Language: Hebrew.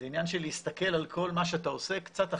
זה עניין של להסתכל על כל מה שאתה עושה קצת אחרת.